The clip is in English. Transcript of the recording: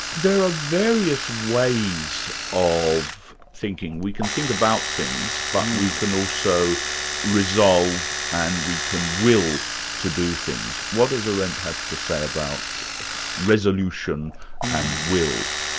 there are various ways of thinking. we can think about things, but we can also resolve and we can will to do things. what does arendt have to say about resolution and will?